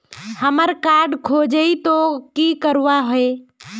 हमार कार्ड खोजेई तो की करवार है?